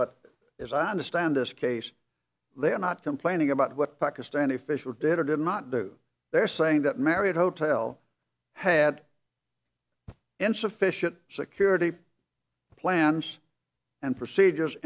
but as i understand this case they are not complaining about what pakistani officials did or did not do they're saying that marriott hotel had insufficient security plans and procedures